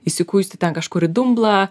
įsikuisti ten kažkur į dumblą